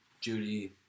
Judy